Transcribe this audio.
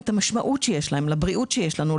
את המשמעות שיש להם לבריאות שיש לנו.